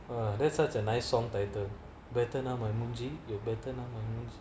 ya that's such a nice song title better now my மூஞ்சி:moonji you better now my மூஞ்சி:moonji